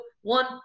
one